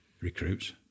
recruits